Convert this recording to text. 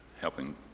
helping